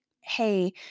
hey